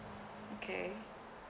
okay